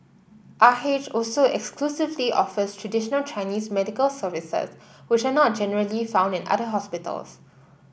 R H also exclusively offers traditional Chinese medical services which are not generally found in other hospitals